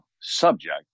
subject